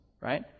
right